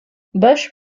bush